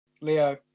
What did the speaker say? Leo